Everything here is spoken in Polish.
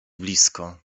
blisko